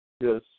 Yes